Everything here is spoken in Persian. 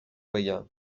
بگم